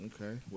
Okay